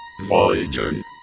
Voyager